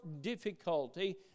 difficulty